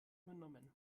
übernommen